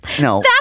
No